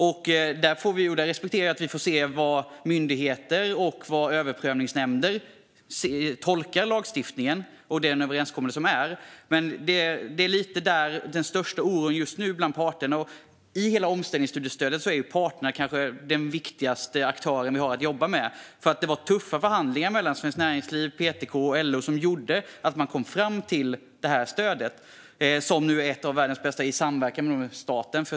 Jag respekterar att vi får se hur myndigheter och överprövningsnämnder tolkar lagstiftningen och den överenskommelse som finns, men där ligger alltså den största oron just nu hos parterna. I omställningsstudiestödet är parterna kanske de viktigaste aktörerna, för det var genom tuffa förhandlingar mellan Svenskt näringsliv, PTK och LO som man kom fram till detta stöd - som nu är ett av världens bästa - i samverkan med staten.